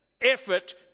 effort